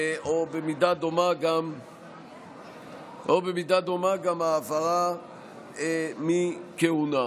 או במידה דומה, גם העברה מכהונה.